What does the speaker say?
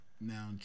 Now